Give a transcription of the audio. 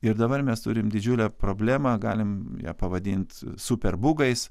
ir dabar mes turim didžiulę problemą galim ją pavadint super bugais